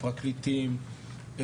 פרקליטים,